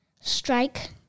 strike